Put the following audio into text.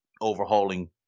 overhauling